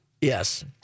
Yes